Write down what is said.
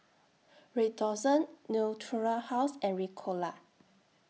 Redoxon Natura House and Ricola